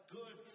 good